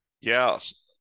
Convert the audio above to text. yes